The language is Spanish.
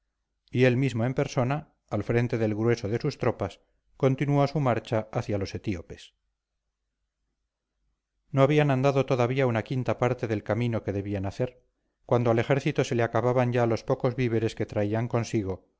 y él mismo en persona al frente del grueso de sus tropas continuó su marcha hacia los etíopes no habían andado todavía una quinta parte del camino que debían hacer cuando al ejército se lo acababan ya los pocos víveres que traía consigo